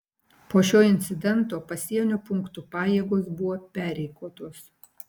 po šio incidento pasienio punktų pajėgos buvo perrikiuotos